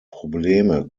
probleme